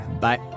bye